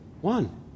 One